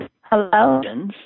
Hello